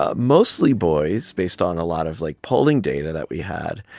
ah mostly boys, based on a lot of like polling data that we had.